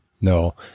No